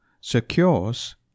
secures